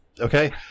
okay